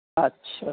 اچھا